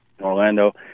Orlando